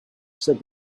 said